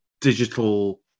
digital